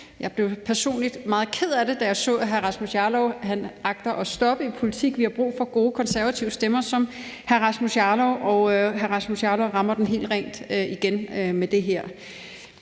Jeg blev personligt meget ked af det, da jeg så, at hr. Rasmus Jarlov agter at stoppe i politik. Vi har brug for gode konservative stemmer som hr. Rasmus Jarlov, og hr. Rasmus Jarlov rammer den helt rent igen her. Det her